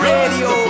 Radio